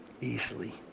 easily